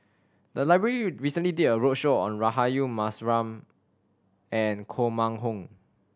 the library recently did a roadshow on Rahayu Mahzam and Koh Mun Hong